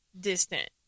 distant